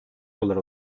dolar